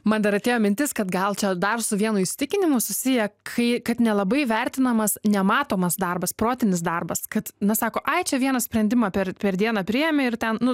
man dar atėjo mintis kad gal čia dar su vienu įsitikinimu susiję kai kad nelabai vertinamas nematomas darbas protinis darbas kad na sako ai čia vieną sprendimą per per dieną priėmė ir ten nu